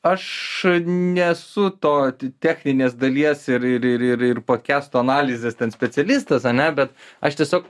aš nesu to techninės dalies ir ir ir ir ir podkestų analizės specialistas ane bet aš tiesiog